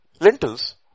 Lentils